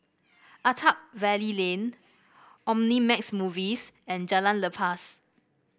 Attap Valley Lane Omnimax Movies and Jalan Lepas